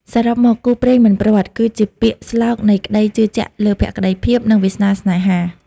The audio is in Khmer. សរុបមក «គូព្រេងមិនព្រាត់» គឺជាពាក្យស្លោកនៃក្ដីជឿជាក់លើភក្តីភាព និងវាសនាស្នេហា។